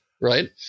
right